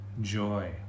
joy